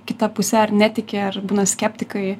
kita puse ar netiki ar būna skeptikai